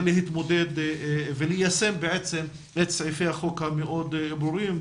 להתמודד וליישם בעצם את סעיפי החוק המאוד ברורים,